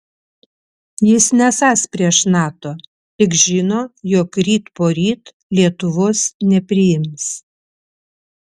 jis nesąs prieš nato tik žino jog ryt poryt lietuvos nepriims